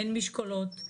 אין משקלות,